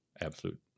absolute